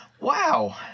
Wow